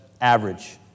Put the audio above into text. average